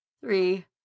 three